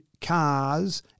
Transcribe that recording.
cars